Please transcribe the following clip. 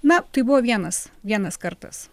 na tai buvo vienas vienas kartas